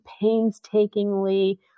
painstakingly